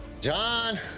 John